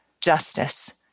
Justice